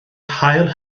hail